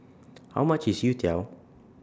How much IS Youtiao